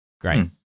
Great